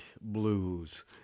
blues